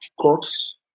courts